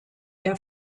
der